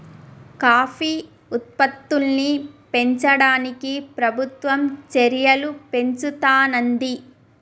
coffee ఉత్పత్తుల్ని పెంచడానికి ప్రభుత్వం చెర్యలు పెంచుతానంది